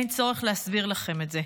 אין צורך להסביר לכם את זה,